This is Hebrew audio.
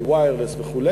של wireless וכו',